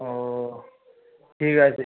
ও ঠিক আছে